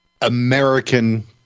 american